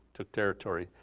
took territory.